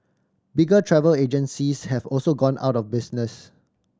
bigger travel agencies have also gone out of business